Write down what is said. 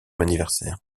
anniversaire